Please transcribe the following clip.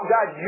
God